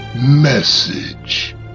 message